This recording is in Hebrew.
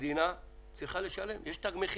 המדינה צריכה לשלם, יש לזה תג מחיר.